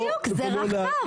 בדיוק, זה רחב.